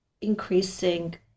increasing